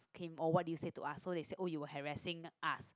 him oh what do you to ask so they said you are has raising us